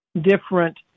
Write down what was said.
different